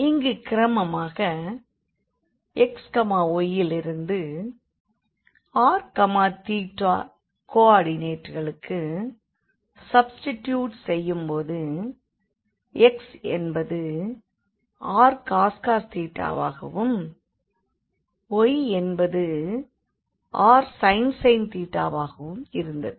இங்கு கிரமமாக xy யிலிருந்து r θ கோ ஆர்டினேட்களுக்கு சப்ஸ்டிடியூட் செய்யும் போது x என்பது rcos வாகவும் y என்பது rsin வாகவும் இருந்தது